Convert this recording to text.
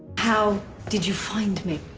how did you find me?